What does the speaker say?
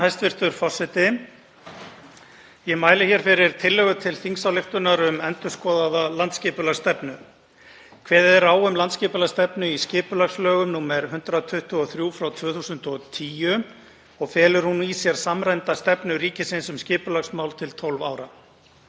Hæstv. forseti. Ég mæli hér fyrir tillögu til þingsályktunar um endurskoðaða landsskipulagsstefnu. Kveðið er á um landsskipulagsstefnu í skipulagslögum, nr. 123/2010, og felur hún í sér samræmda stefnu ríkisins um skipulagsmál til 12 ára.